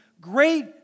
great